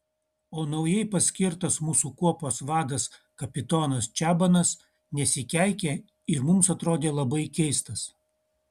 o naujai paskirtas mūsų kuopos vadas kapitonas čabanas nesikeikė ir mums atrodė labai keistas